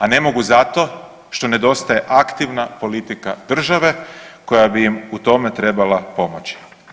A ne mogu zato što nedostaje aktivna politika države koja bi im u tome trebala pomoći.